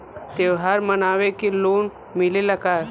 त्योहार मनावे के लोन मिलेला का?